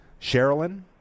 Sherilyn